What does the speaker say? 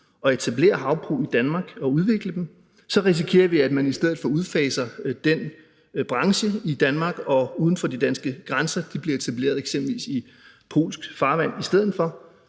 at etablere havbrug i Danmark og udvikle dem, risikerer vi, at man i stedet for udfaser den branche i Danmark, og så bliver de etableret uden for de danske grænser eksempelvis i polsk farvand i stedet for,